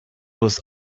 was